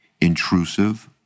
intrusive